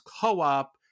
co-op